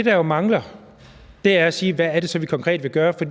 der er jo mangler, er at sige, hvad det så helt konkret er, vi vil gøre, for